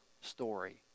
story